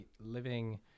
living